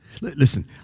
Listen